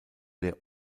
der